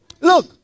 Look